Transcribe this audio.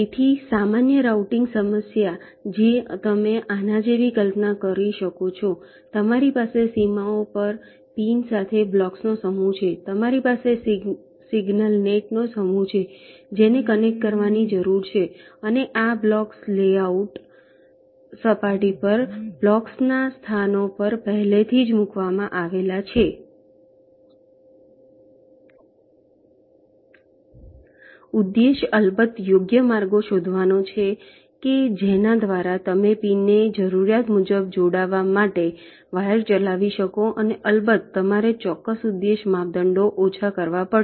તેથી સામાન્ય રાઉટીંગ સમસ્યા જે તમે આના જેવી કલ્પના કરી શકો છો તમારી પાસે સીમાઓ પર પિન સાથે બ્લોક્સનો સમૂહ છે તમારી પાસે સિગ્નલ નેટનો સમૂહ છે જેને કનેક્ટ કરવાની જરૂર છે અને આ બ્લોક્સ લેઆઉટ સપાટી પર બ્લોક્સના સ્થાનો પર પહેલેથી જ મૂકવામાં આવેલા છે ઉદ્દેશ્ય અલબત્ત યોગ્ય માર્ગો શોધવાનો છે કે જેના દ્વારા તમે પિનને જરૂરિયાત મુજબ જોડવા માટે વાયર ચલાવી શકો અને અલબત્ત તમારે ચોક્કસ ઉદ્દેશ્ય માપદંડો ઓછા કરવા પડશે